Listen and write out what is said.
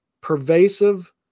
pervasive